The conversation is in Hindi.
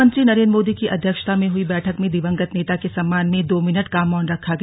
प्रधानमंत्री नरेन्द्र मोदी की अध्यक्षता में हुई बैठक में दिवंगत नेता के सम्मान में दो मिनट का मौन रखा गया